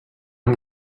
amb